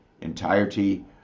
entirety